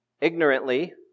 ignorantly